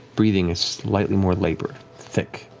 breathing is slightly more labored, thick,